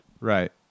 Right